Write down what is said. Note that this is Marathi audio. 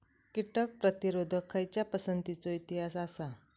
कीटक प्रतिरोधक खयच्या पसंतीचो इतिहास आसा?